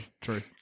True